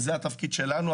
וזה התפקיד שלנו,